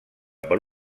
per